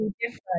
different